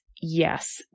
Yes